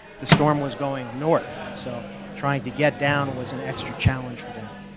the storm was going north, so trying to get down was an extra challenge for them.